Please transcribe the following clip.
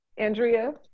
Andrea